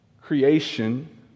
Creation